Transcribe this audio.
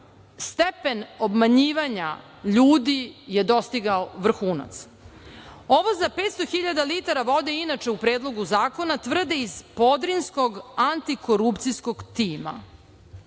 stepen obmanjivanja ljudi je dostigao vrhunac. Ovo za 500.000 litara vode inače u Predlogu zakona tvrde iz Podrinjskog antikorupcijskog tima.